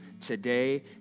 today